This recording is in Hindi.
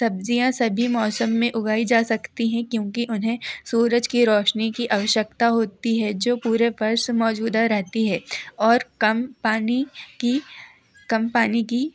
सब्जियां सभी मौसम में उगाई जा सकती हैं क्योंकि उन्हें सूरज की रौशनी की आवश्यकता होती है जो पूरे वर्ष मौजूदा रहती है और कम पानी की कम पानी की